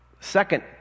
Second